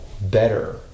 better